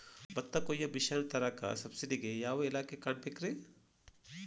ಭತ್ತ ಕೊಯ್ಯ ಮಿಷನ್ ತರಾಕ ಸಬ್ಸಿಡಿಗೆ ಯಾವ ಇಲಾಖೆ ಕಾಣಬೇಕ್ರೇ?